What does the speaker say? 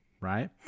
right